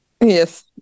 Yes